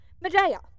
Medea